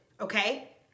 okay